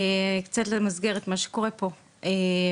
קצת למסגר את מה שקורה פה,